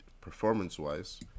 performance-wise